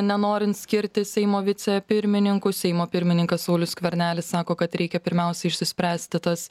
nenorint skirti seimo vicepirmininku seimo pirmininkas saulius skvernelis sako kad reikia pirmiausia išsispręsti tas